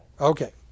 Okay